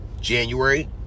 january